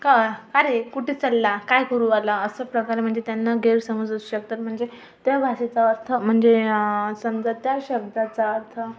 का कारे कुटं चालला काय करू लागला असं प्रकारे म्हणजे त्यांना गैरसमज असू शकतात म्हणजे त्या भाषेचा अर्थ म्हणजे समजा त्या शब्दाचा अर्थ